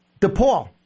DePaul